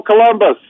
Columbus